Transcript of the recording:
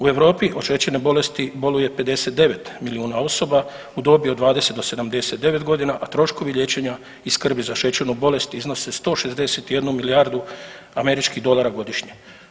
U Europi od šećerne bolesti boluje 59 milijuna osoba u dobi od 20 do 79.g., a troškovi liječenja i skrbi za šećernu bolest iznose 161 milijardu američkih dolara godišnje.